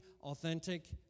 authentic